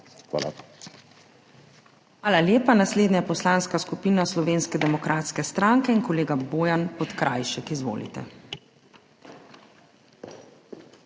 Hvala lepa. Naslednja je Poslanska skupina Slovenske demokratske stranke in kolega Bojan Podkrajšek. Izvolite!